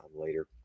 later